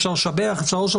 אפשר לשבח או לא,